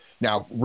Now